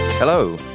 Hello